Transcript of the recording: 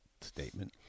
statement